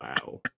Wow